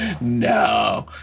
No